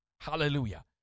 Hallelujah